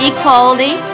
Equality